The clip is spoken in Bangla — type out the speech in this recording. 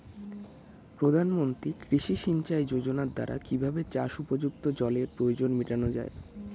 প্রধানমন্ত্রী কৃষি সিঞ্চাই যোজনার দ্বারা কিভাবে চাষ উপযুক্ত জলের প্রয়োজন মেটানো য়ায়?